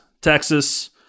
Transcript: Texas